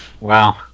Wow